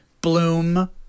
Bloom